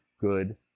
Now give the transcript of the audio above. good